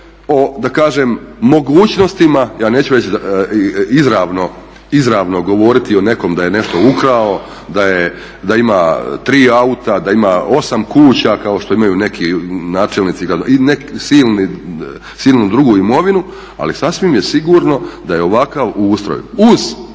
mogućnostima, ja neću reći izravno govoriti o nekom da je nešto ukrao da ima 3 auta, da ima 8 kuća kao što imaju neki načelnici i gradonačelnici i neku drugu silnu imovinu ali sasvim je sigurno da je ovakav ustroj uz